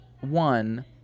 One